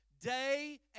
day